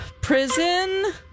Prison